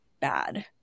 bad